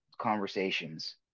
conversations